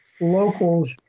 locals